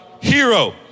hero